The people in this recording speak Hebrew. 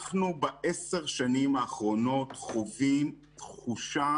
בעשר השנים האחרונות אנחנו חווים תחושה